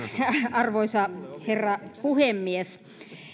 arvoisa herra puhemies